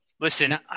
Listen